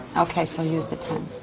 okay. so use the ten.